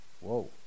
whoa